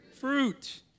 Fruit